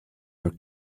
are